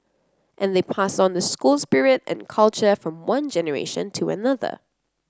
and they pass on the school spirit and culture from one generation to another